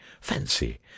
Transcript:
Fancy